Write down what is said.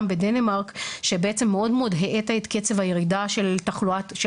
בדנמרק שבעצם מאוד מאוד האטה את קצב ירידת התחלואה של